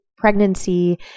Pregnancy